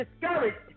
discouraged